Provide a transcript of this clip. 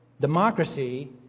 democracy